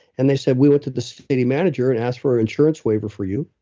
and they said, we went to the city manager and asked for insurance waiver for you,